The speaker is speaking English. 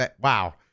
Wow